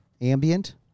ambient